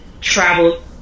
travel